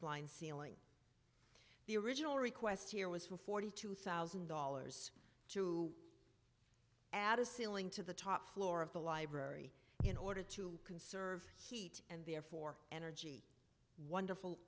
spline ceiling the original request here was for forty two thousand dollars to add a ceiling to the top floor of the library in order to conserve heat and therefore energy wonderful